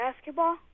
Basketball